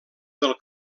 del